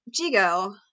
Jigo